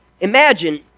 Imagine